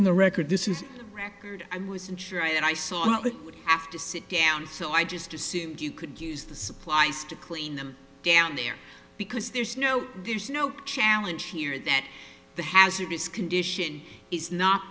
in the record this is a record and was unsure and i saw it have to sit down so i just assumed you could use the supplies to clean them down there because there's no there's no challenge here that the hazardous condition is not